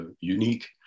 unique